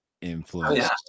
influence